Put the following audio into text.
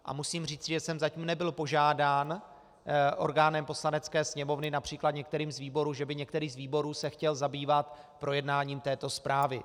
A musím říci, že jsem zatím nebyl požádán orgánem Poslanecké sněmovny, například některým z výborů, že by některý z výborů se chtěl zabývat projednáním této zprávy.